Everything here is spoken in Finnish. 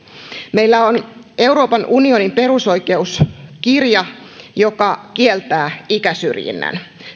meillä on euroopan unionin perusoikeuskirja joka kieltää ikäsyrjinnän